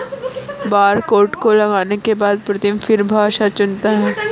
barcode को लगाने के बाद प्रीतम फिर भाषा चुनता है